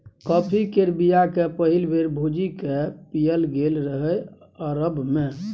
coffee केर बीया केँ पहिल बेर भुजि कए पीएल गेल रहय अरब मे